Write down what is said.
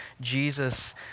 Jesus